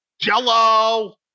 Jello